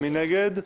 מי נגד?